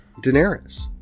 Daenerys